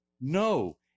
No